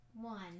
One